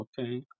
okay